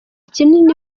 kinini